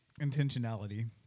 intentionality